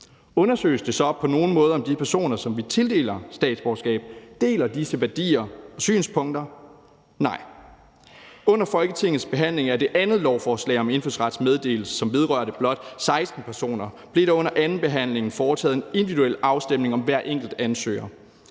Undersøges det så på nogen måde, om de personer, som vi tildeler statsborgerskab, deler disse værdier og synspunkter? Nej. Under Folketingets behandling af det andet lovforslag om indfødsrets meddelelse, som vedrørte blot 16 personer, blev der under andenbehandlingen foretaget en individuel afstemning om hver enkelt ansøger.